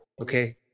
Okay